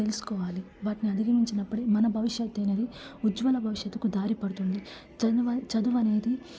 తెలుసుకోవాలి వాటిని అధిగమించినప్పుడు మన భవిష్యత్తు అనేది ఉజ్వల భవిష్యత్తుకు దారి పడుతుంది చదువు చదువు అనేది